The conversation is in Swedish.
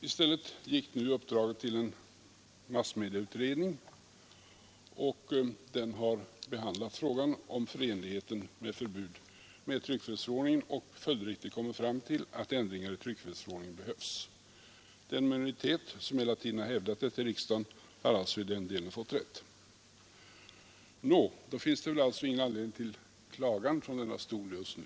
I stället gick nu uppdraget till en massmedieutredning. Den har behandlat frågan om förenligheten av ett förbud med tryckfrihetsförordningen och följdriktigt kommit fram till att ändringar i tryckfrihetsförordningen behövs. Den minoritet som hela tiden hävdat detta i riksdagen har alltså i den delen fått rätt. Nå, då finns det väl ingen anledning till klagan från denna talarstol just nu?